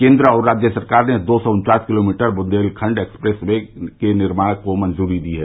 केंद्र और राज्य सरकार ने दो सी उन्वास किलोमीटर बुन्देलखण्ड एक्सप्रेस वे निर्माण को मंजूरी दी है